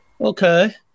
Okay